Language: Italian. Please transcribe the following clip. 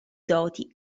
doti